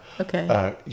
Okay